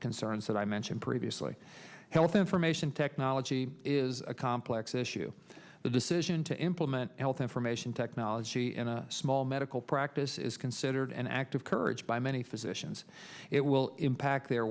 concerns that i mentioned previously health information technology is a complex issue the decision to implement health information technology in a small medical practice is considered an act of courage by many physicians it will impact their